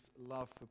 love